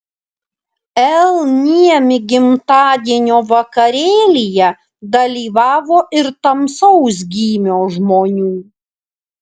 l niemi gimtadienio vakarėlyje dalyvavo ir tamsaus gymio žmonių